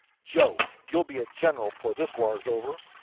joe, you'll be a general before this war's over.